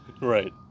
Right